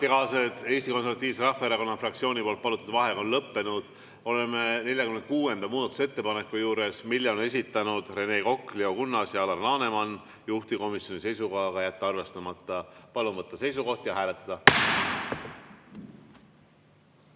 Eesti Konservatiivse Rahvaerakonna fraktsiooni palutud vaheaeg on lõppenud. Oleme 46. muudatusettepaneku juures, mille on esitanud Rene Kokk, Leo Kunnas ja Alar Laneman. Juhtivkomisjoni seisukoht on jätta arvestamata. Palun võtta seisukoht ja hääletada!